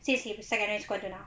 since his secondary school until now